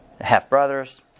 Half-brothers